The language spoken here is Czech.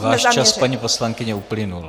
Váš čas, paní poslankyně, uplynul.